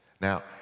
Now